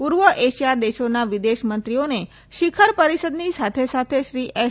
પૂર્વ એશિયા દેશોના વિદેશમંત્રીઓને શિખર પરિષદની સાથે સાથે શ્રી એસ